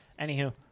anywho